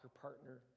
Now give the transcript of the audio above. partner